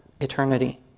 eternity